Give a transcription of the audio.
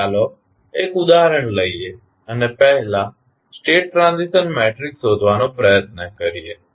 હવે ચાલો એક ઉદાહરણ લઈએ અને પહેલા સ્ટેટ ટ્રાન્ઝિશન મેટ્રિક્સ શોધવાનો પ્રયત્ન કરીએ